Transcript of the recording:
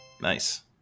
Nice